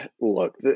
look